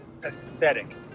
pathetic